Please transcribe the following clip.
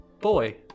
boy